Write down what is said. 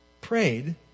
prayed